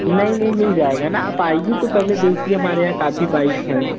नहीं नहीं मिल जाएगा ना आप आइए तो पहले देखिए हमारे यहाँ काफ़ी बाइक हैं